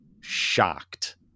shocked